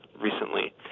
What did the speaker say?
recently